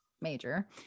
major